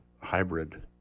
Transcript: hybrid